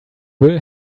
will